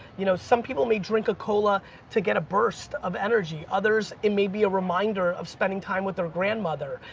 you know some people may drink a cola to get a burst of energy, others it may be a reminder of spending time with their grandmother,